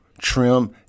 trim